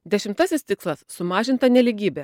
dešimtasis tikslas sumažinta nelygybė